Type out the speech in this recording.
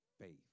faith